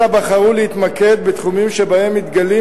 אלא בחרו להתמקד בתחומים שבהם מתגלות